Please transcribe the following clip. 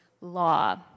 law